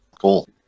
cool